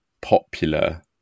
popular